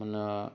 मना